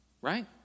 right